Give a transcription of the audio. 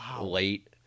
late